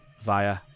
via